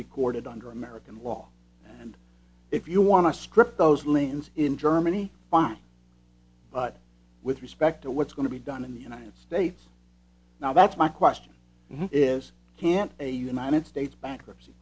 recorded under american law and if you want to strip those lands in germany fine but with respect to what's going to be done in the united states now that's my question is can a united states bankruptcy